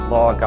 Law